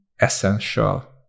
essential